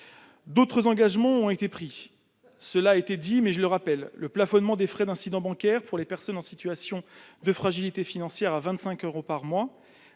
D'autres engagements ont été pris, comme cela a déjà été souligné : plafonnement des frais d'incidents bancaires pour les personnes en situation de fragilité financière à 25 euros par mois,